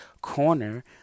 corner